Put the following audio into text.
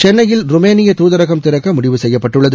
சென்னையில் ருமேனிய தூதரகம் திறக்க முடிவு செய்யப்பட்டுள்ளது